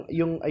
yung